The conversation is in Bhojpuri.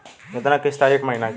कितना किस्त आई एक महीना के?